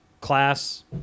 class